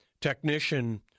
technician